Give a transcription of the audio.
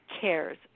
CARES